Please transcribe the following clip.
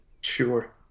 Sure